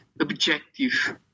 objective